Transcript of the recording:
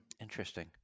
Interesting